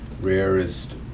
rarest